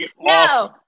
No